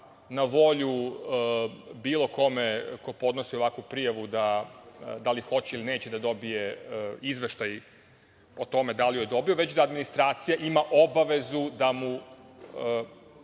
na volju bilo kome ko podnosi ovakvu prijavu da li hoće ili neće da dobije izveštaj o tome da li ju je dobio, već da administracija ima obavezu da mu